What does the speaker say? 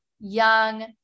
young